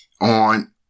on